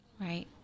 right